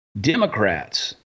Democrats